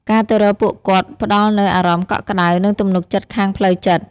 ការទៅរកពួកគាត់ផ្តល់នូវអារម្មណ៍កក់ក្តៅ និងទំនុកចិត្តខាងផ្លូវចិត្ត។